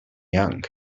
young